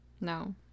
No